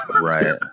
right